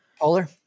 Polar